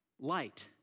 light